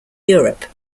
europe